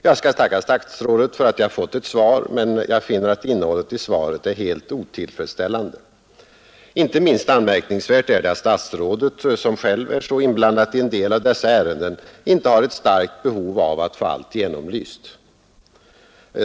Jag tackar herr statsrådet för att jag har fått ett svar på min interpellation, men jag finner att innehållet i svaret är helt otillfredsställande. Inte minst anmärkningsvärt är det att statsrådet, som själv är så inblandad i en del av dessa affärer, inte har ett starkt behov av att få allt genomlyst.